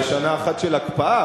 היתה שנה אחת של הקפאה,